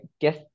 guess